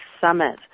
Summit